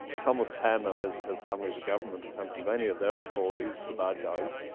thomas penn and his his family, the government of pennsylvania they're the tories, the bad guys.